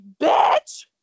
bitch